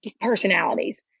personalities